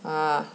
ah